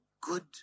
good